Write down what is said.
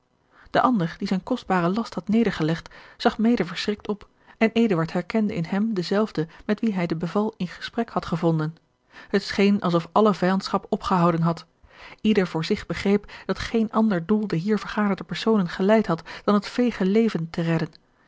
de ander die zijn kostbaren last had nedergelegd zag mede verschrikt op en eduard herkende in hem denzelfde met wien hij de de beval in gesprek had gevonden het scheen alsof alle vijandschap opgehouden had ieder voor zich begreep dat geen ander doel de hier vergaderde personen geleid had dan het veege leven te redden